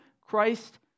Christ